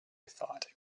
thought